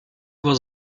was